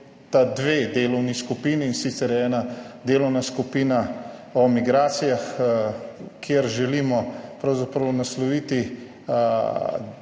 dve delovni skupini, in sicer je ena delovna skupina o migracijah, kjer želimo pravzaprav nasloviti